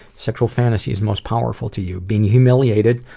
sexual fantasies most powerful to you? being humiliated